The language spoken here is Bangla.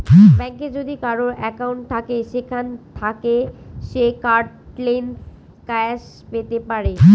ব্যাঙ্কে যদি কারোর একাউন্ট থাকে সেখান থাকে সে কার্ডলেস ক্যাশ পেতে পারে